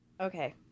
Okay